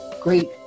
great